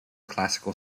classical